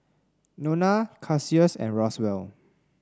Nona Cassius and Roswell